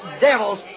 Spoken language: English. devils